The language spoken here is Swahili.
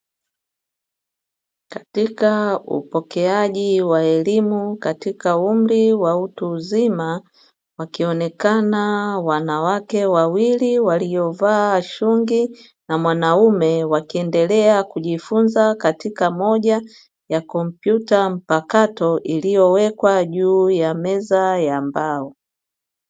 Katika upokeaji wa elimu katika umri wa utu uzima wakionekana wanawake wawili waliovaa shungi na mwanaume wakiendelea kujifunza katika moja ya kompyuta mpakato iliyowekwa juu ya meza ya mbao.